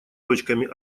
точками